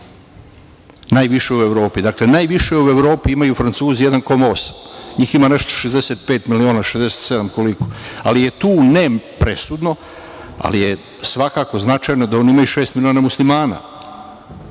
najviše u Evropi, najviše u Evropi imaju Francuzi 1,8. Njih ima 65 miliona, 67 miliona, ali je tu presudno, ali je svakako značajno da oni imaju 6 miliona muslimana